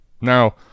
Now